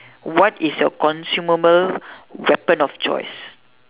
what is your consumable weapon of choice